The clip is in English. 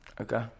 Okay